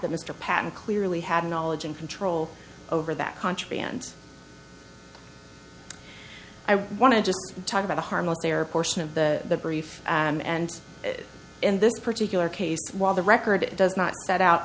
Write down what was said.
that mr patten clearly had knowledge and control over that contraband i want to just talk about a harmless their portion of the brief and in this particular case while the record does not set out